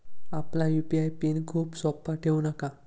आपला UPI pin खूप सोपा ठेवू नका